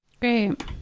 Great